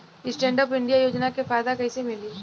Stand up India योजना के फायदा कैसे मिली?